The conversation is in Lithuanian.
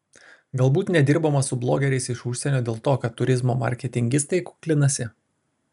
galbūt nedirbama su blogeriais iš užsienio dėl to kad turizmo marketingistai kuklinasi